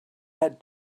had